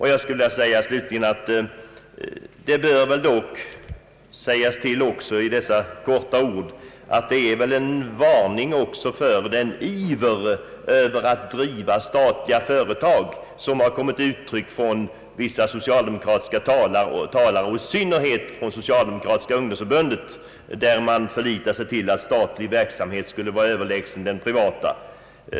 Jag skulle slutligen i mitt korta inlägg vilja säga att vad som hänt är en varning inför den iver att driva statliga företag som kommit till uttryck från vissa socialdemokratiska talare och i synnerhet från Socialdemokratiska ungdomsförbundet, där man förlitar sig till att statlig verksamhet skulle vara överlägsen den privata.